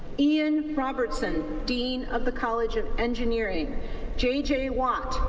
ian robertson, dean of the college of engineering j j. watt,